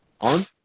On